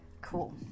Cool